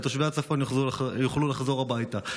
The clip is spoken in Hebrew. ותושבי הצפון יוכלו לחזור הביתה.